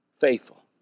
faithful